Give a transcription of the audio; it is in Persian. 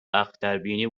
اختربینی